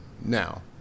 Now